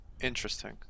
interesting